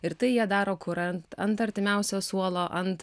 ir tai jie daro kur ant ant artimiausio suolo ant